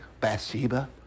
Bathsheba